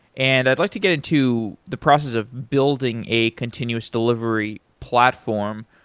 and i'd like to get into the process of building a continuous delivery platform.